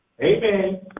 Amen